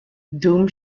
dum